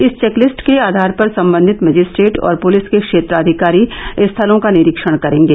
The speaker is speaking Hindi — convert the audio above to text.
इस चेक लिस्ट के आधार पर सम्बंधित मजिस्ट्रेट और पुलिस के क्षेत्राधिकारी स्थलों का निरीक्षण करेंगे